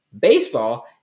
Baseball